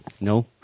No